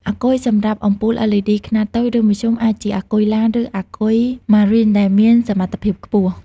អាគុយសម្រាប់អំពូល LED ខ្នាតតូច ឬមធ្យម អាចជាអាគុយឡាន ឬអាគុយ Marine ដែលមានសមត្ថភាពខ្ពស់។